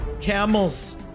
camels